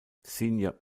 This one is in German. senior